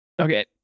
okay